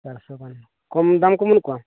ᱪᱟᱨᱥᱚ ᱜᱟᱱ ᱠᱚᱢ ᱫᱟᱢ ᱠᱚ ᱵᱟᱹᱱᱩᱜ ᱠᱚᱣᱟ